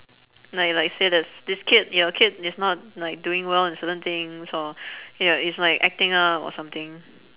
like like say s~ that this kid your kid is not like doing well in certain things or ya is like acting up or something